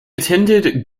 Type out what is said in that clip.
attended